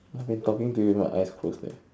I have been talking to you with my eyes closed eh